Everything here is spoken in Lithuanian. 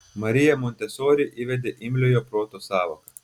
marija montesori įvedė imliojo proto sąvoką